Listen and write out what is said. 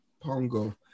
Pongo